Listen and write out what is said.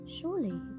Surely